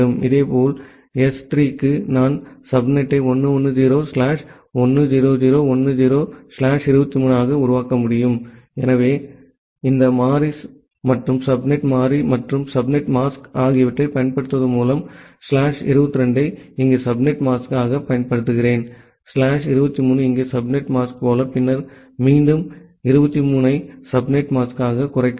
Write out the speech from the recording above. இதேபோல் எஸ் 3 க்கு நான் சப்நெட்டை 1 1 0 ஸ்லாஷ் 1 0 0 10 ஸ்லாஷ் 23 ஆக உருவாக்க முடியும் எனவே இந்த மாறி மற்றும் சப்நெட் மாறி மற்றும் சப்நெட் மாஸ்க் ஆகியவற்றைப் பயன்படுத்துவதன் மூலம் ஸ்லாஷ் 22 ஐ இங்கே சப்நெட் மாஸ்காகப் பயன்படுத்துகிறேன் ஸ்லாஷ் 23 இங்கே சப்நெட் மாஸ்க் போல பின்னர் மீண்டும் 23 ஐ சப்நெட் மாஸ்காக குறைக்கவும்